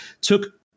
took